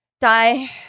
die